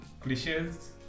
cliches